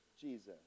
Jesus